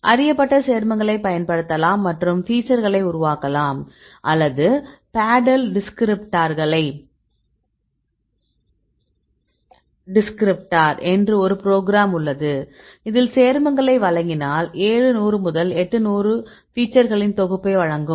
அறியப்பட்ட சேர்மங்களைப் பயன்படுத்தலாம் மற்றும் ஃபீச்சர்களை உருவாக்கலாம் அல்லது பேடல் டிஸ்கிரிப்டார் என்று ஒரு ப்ரோக்ராம் உள்ளது இதில் சேர்மங்களை வழங்கினால் ஏழு நூறு முதல் எட்டு நூறு ஃபீச்சர்களின் தொகுப்பை வழங்கும்